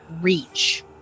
reach